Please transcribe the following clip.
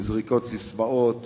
מזריקת ססמאות